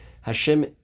Hashem